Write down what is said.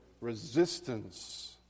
resistance